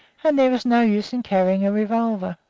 and there is no use in carrying a revolver.